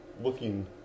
looking